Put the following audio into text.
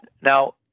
Now